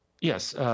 Yes